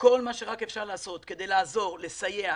כל מה שאפשר כדי לעזור ולסייע.